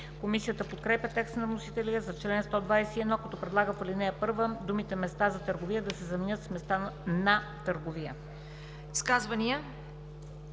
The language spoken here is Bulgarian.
Комисията подкрепя текста на вносителя за чл. 121, като предлага в ал. 1 думите „места за търговия“ да се заменят с „места на търговия“.